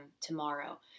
tomorrow